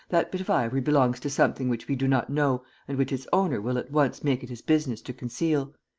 that bit of ivory belongs to something which we do not know and which its owner will at once make it his business to conceal.